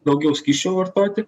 daugiau skysčio vartoti